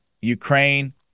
Ukraine